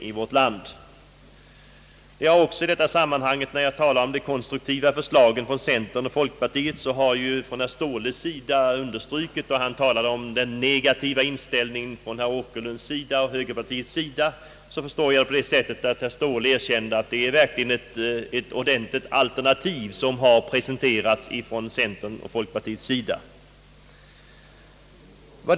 När jag i detta sammanhang har talat om de konstruktiva förslagen från centern och folkpartiet, har herr Ståhle understrukit den negativa inställning som herr Åkerlund och högerpartiet över huvud taget har till dem. Jag förstår att herr Ståhle därmed ville erkänna att det verkligen är ett ordentligt alternativ som centern och folkpartiet har presenterat.